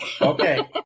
Okay